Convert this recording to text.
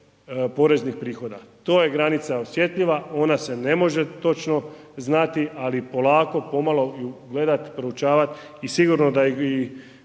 tu je granica osjetljiva, ona se ne može točno znati polako, pomalo ju gledat, proučavat i sigurno da i ove najave